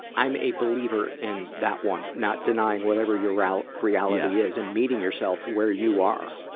i'm a believer in that one, not denying whatever your ral, reality is, and meeting yourself where you are.